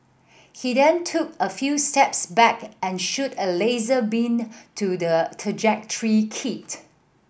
he then took a few steps back and shoot a laser beam to the trajectory kit